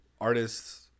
artists